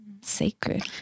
sacred